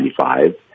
1995